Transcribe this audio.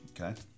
Okay